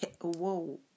Whoa